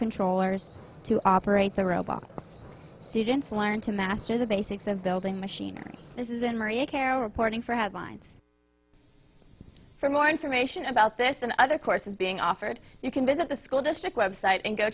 controllers to operate the robot students learn to master the basics of building machinery this isn't maria carroll reporting for headlines for more information about this and other courses being offered you can visit the school district website and go